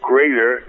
Greater